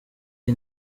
iyi